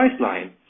Priceline